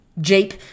Jeep